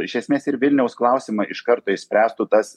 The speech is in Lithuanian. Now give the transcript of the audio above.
iš esmės ir vilniaus klausimą iš karto išspręstų tas